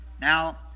Now